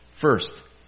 First